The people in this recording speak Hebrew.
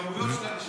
כמויות של אנשים.